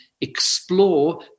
explore